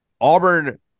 Auburn